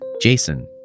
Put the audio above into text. Jason